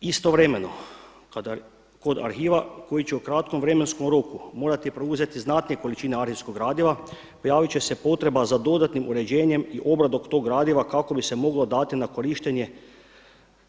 Istovremeno kod arhiva koji će u kratkom vremenskom roku morati preuzeti znatnije količine arhivskog gradiva pojavit će se potreba za dodatnim uređenjem i obradom tog gradiva kako bi se moglo dati na korištenje